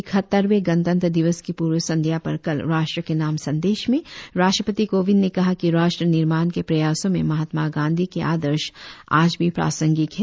इकहत्तरवें गणतंत्र दिवस की पूर्व संध्या पर कल राष्ट्र के नाम संदेश में राष्ट्रपति कोविंद ने कहा कि राष्ट्र निर्माण के प्रयासों में महात्मा गांधी के आदर्श आज भी प्रासंगिक हैं